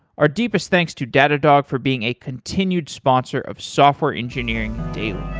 our deepest thanks to datadog for being a continued sponsor of software engineering daily.